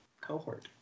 Cohort